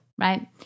right